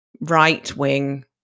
right-wing